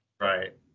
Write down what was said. right